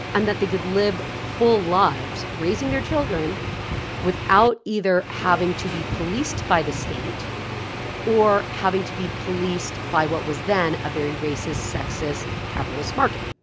and that they could live full lives raising their children without either having to be policed by the state or having to be policed by what was then a very racist, sexist capitalist market.